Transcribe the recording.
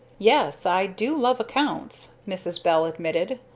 yes i do love accounts, mrs. bell admitted.